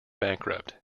bankrupt